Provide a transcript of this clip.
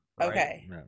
Okay